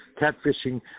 catfishing